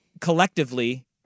collectively